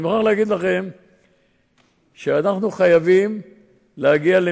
אני מוכרח להגיד שאנחנו נמצאים בעיצומם של